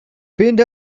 wind